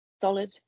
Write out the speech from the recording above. solid